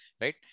right